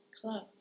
club